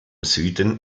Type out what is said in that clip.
süden